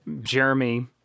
Jeremy